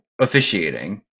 officiating